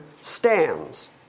stands